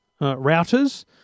routers